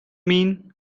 mean